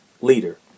leader